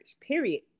period